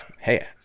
Hey